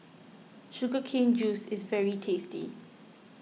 Sugar Cane Juice is very tasty